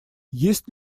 есть